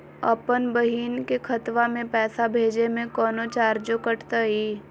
अपन बहिन के खतवा में पैसा भेजे में कौनो चार्जो कटतई?